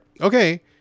Okay